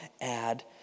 add